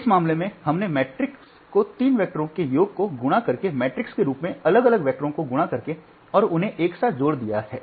इस मामले में हमने मैट्रिक्स को तीन वैक्टरों के योग को गुणा करके मैट्रिक्स के रूप में अलग अलग वैक्टरों को गुणा करके और उन्हें एक साथ जोड़ दिया है